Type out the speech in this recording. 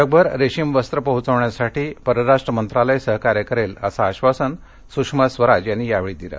जगभर रेशीम वस्त्रं पोहचविण्यासाठी परराष्ट्र मंत्रालय सहकार्य करेल असं आश्वासन सुषमा स्वराज यांनी यावेळी दिलं